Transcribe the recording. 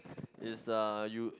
it's uh you